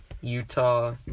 Utah